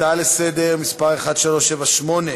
הצעה לסדר-היום מס' 1378: